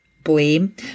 blame